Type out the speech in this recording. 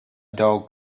doug